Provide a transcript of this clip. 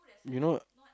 you know